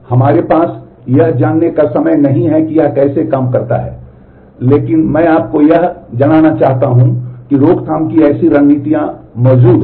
हमारे पास यह जानने का समय नहीं है कि यह कैसे काम करता है लेकिन मैं आपको यह जानना चाहता हूं कि रोकथाम की ऐसी रणनीतियां मौजूद हैं